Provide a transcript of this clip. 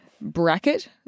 bracket